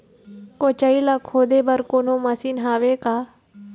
कोचई ला खोदे बर कोन्हो मशीन हावे का?